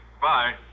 Bye